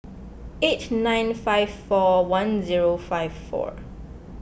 eight nine five four one zero five four